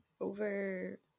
Over